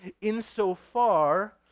insofar